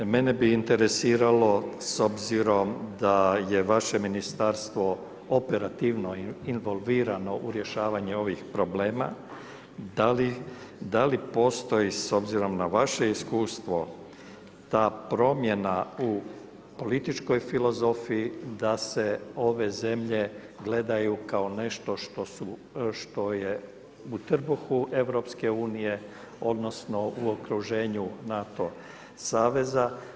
Mene bi interesiralo s obzirom da je vaše ministarstvo operativno involvirano u rješavanje ovih problema da li postoji s obzirom na vaše iskustvo ta promjena u političkoj filozofiji da se ove zemlje gledaju kao nešto što je u trbuhu EU odnosno u okruženju NATO saveza.